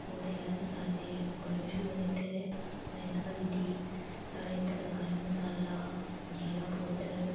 ओह्दे मसाले बडे़ मशहूर न इ'त्थें दे फिर हल्दी साढ़े इ'त्थें दा गर्म मसाला जीरा पौडर